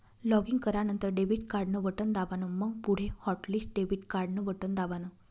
login करानंतर debit card न button दाबान, मंग पुढे हॉटलिस्ट डेबिट कार्डन बटन दाबान